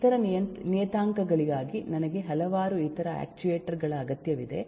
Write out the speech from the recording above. ಇತರ ನಿಯತಾಂಕಗಳಿಗಾಗಿ ನನಗೆ ಹಲವಾರು ಇತರ ಆಕ್ಟುಯೇಟರ್ ಗಳ ಅಗತ್ಯವಿದೆ